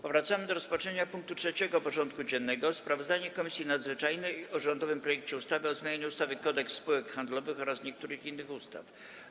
Powracamy do rozpatrzenia punktu 3. porządku dziennego: Sprawozdanie Komisji Nadzwyczajnej o rządowym projekcie ustawy o zmianie ustawy Kodeks spółek handlowych oraz niektórych innych ustaw.